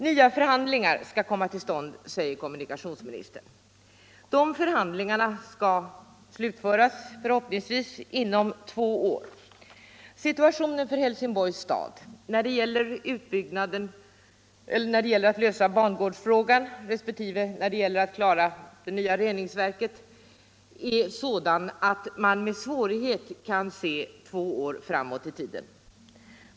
Nya förhandlingar skall komma till stånd, säger kommunikationsministern. De förhandlingarna skall slutföras förhoppningsvis inom två år. Situationen för Helsingborgs stad är sådan när det gäller lösandet av bangårdsfrågan resp. byggandet av nya reningsverk att man med svårighet kan avvakta två år framåt i tiden.